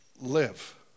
live